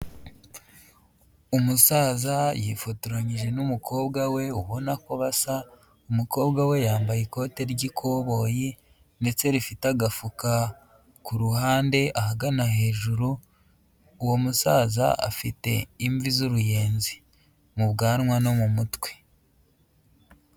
Umusaza yifotoranyije n'umukobwa we ubona ko basa, umukobwa we yambaye ikote ry'ikoboyi ndetse rifite agafuka ku ruhande ahagana hejuru, uwo musaza afite imvi z'uruyenzi mu bwanwa no mu mutwe.